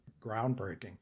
groundbreaking